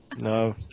No